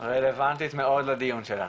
רלבנטית מאוד לדיון שלנו.